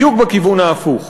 בדיוק בכיוון ההפוך.